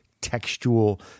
textual